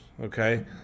okay